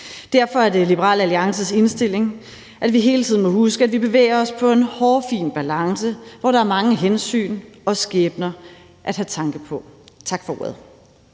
Derfor er det Liberal Alliances indstilling, at vi hele tiden må huske, at vi bevæger os på en hårfin balance, hvor der er mange hensyn og skæbner at have tanke på. Tak for ordet.